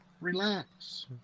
relax